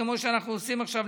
כמו שאנחנו עושים עכשיו,